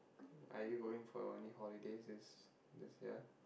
are you going for any holidays this this year